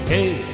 Hey